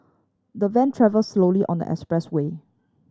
the van travelled slowly on the expressway